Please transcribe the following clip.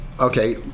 Okay